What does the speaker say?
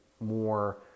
more